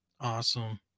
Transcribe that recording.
Awesome